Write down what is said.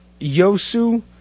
Yosu